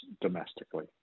domestically